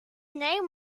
name